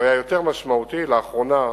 הוא היה יותר משמעותי, לאחרונה,